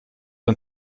ein